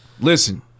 Listen